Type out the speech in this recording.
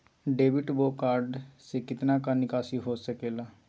Debit बोया credit card से कितना का निकासी हो सकल बा?